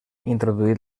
introduït